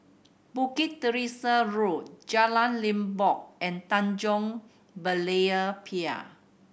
Bukit Teresa Road Jalan Limbok and Tanjong Berlayer Pier